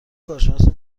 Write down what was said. کارشناس